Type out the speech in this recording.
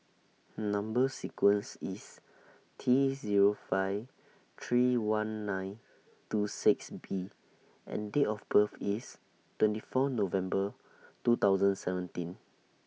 Number sequence IS T Zero five three one nine two six B and Date of birth IS twenty four November two thousand seventeen